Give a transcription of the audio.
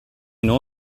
know